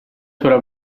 sulla